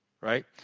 right